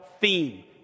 theme